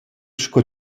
sco